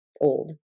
old